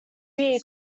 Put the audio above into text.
rear